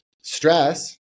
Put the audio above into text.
stress